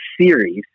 series